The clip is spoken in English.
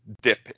Dip